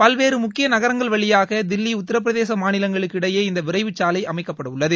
பல்வேறு முக்கிய நகரங்கள் வழியாக தில்லி உத்தரப்பிரதேச மாநிலங்களுக்கு இடையே இந்த விரைவு சாலை அமைக்கப்பட உள்ளது